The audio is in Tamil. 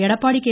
எடப்பாடி கே